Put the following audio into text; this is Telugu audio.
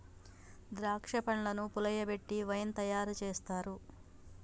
ద్రాక్ష పండ్లను పులియబెట్టి వైన్ తయారు చేస్తారు